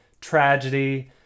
tragedy